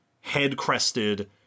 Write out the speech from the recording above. head-crested